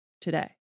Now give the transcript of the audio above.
today